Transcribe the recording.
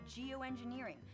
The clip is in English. geoengineering